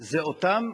זה אותם בריונים,